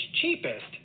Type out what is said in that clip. cheapest